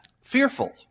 fearful